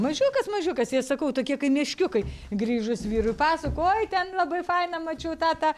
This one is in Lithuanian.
mažiukas mažiukas jei sakau tokie kai meškiukai grįžus vyrui pasakoju o ten labai fainą mačiau tą tą